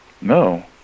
No